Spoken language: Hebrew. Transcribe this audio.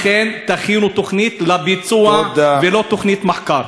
לכן, תכינו תוכנית לביצוע ולא תוכנית מחקר.